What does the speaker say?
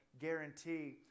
guarantee